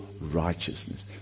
righteousness